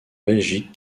belgique